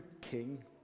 king